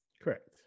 Correct